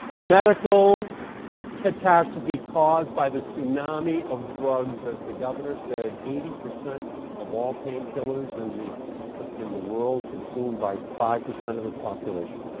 medical catastrophe caused by the tsunami of drugs. as the governor said, eighty percent of all painkillers in the kind of in the world consumed by five percent of its population.